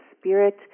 spirit